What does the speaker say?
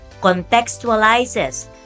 contextualizes